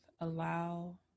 allow